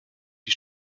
die